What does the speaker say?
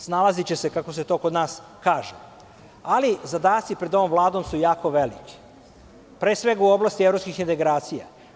Snalaziće se, kako se to kod nas kaže, ali zadaci pred ovom Vladom su jako veliki, pre svega u oblasti evropskih integracija.